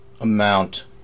amount